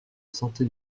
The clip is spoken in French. santé